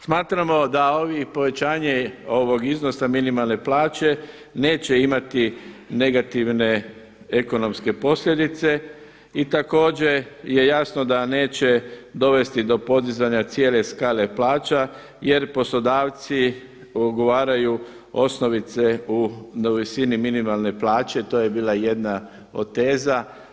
Smatramo da ovi, povećanje ovog iznosa minimalne plaće neće imati negativne ekonomske posljedice i također je jasno da neće dovesti do podizanja cijele skale plaća jer poslodavci ugovaraju osnovice do visini minimalne plaće, to je bila jedna od teza.